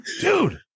dude